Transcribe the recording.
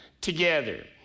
together